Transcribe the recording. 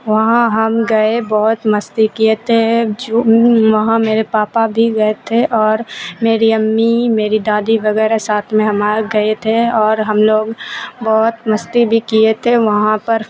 وہاں ہم گئے بہت مستی کیے تھے جو وہاں میرے پاپا بھی گئے تھے اور میری امی میری دادی وغیرہ ساتھ میں ہمار گئے تھے اور ہم لوگ بہت مستی بھی کیے تھے وہاں پر